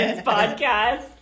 podcast